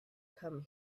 come